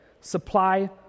supply